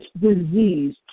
disease